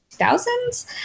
2000s